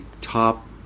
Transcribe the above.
top